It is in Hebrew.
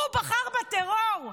הוא בחר בטרור,